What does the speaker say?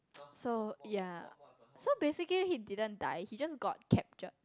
so yea so basically he didn't die he just got captured